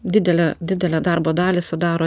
didelę didelę darbo dalį sudaro